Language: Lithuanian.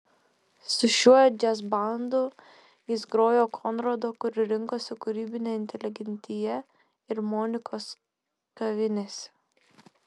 su šiuo džiazbandu jis grojo konrado kur rinkosi kūrybinė inteligentija ir monikos kavinėse